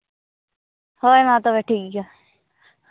ᱦᱳᱭ ᱢᱟ ᱛᱚᱵᱮ ᱴᱷᱤᱠ ᱜᱮᱭᱟ